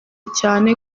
cyane